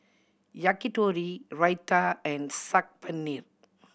Yakitori Raita and Saag Paneer